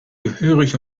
gehörig